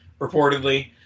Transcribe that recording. reportedly